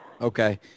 Okay